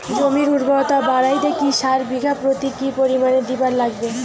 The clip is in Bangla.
জমির উর্বরতা বাড়াইতে কি সার বিঘা প্রতি কি পরিমাণে দিবার লাগবে?